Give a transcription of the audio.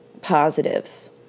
positives